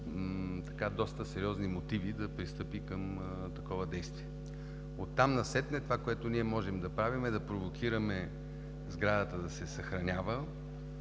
доста сериозни мотиви да пристъпи към такова действие. Оттук насетне това, което ние можем да правим, е да провокираме сградата да се съхранява.